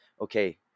okay